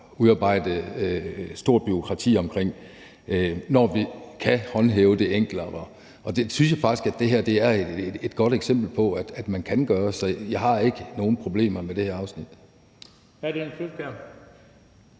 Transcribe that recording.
og udarbejde et stort bureaukrati omkring, når vi kan håndhæve det enklere. Og jeg synes faktisk, at det her er et godt eksempel på, at man kan gøre det, så jeg har ikke nogen problemer med det afsnit.